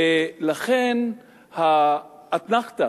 ולכן האתנחתא,